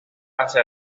hacia